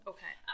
Okay